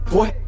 Boy